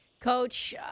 Coach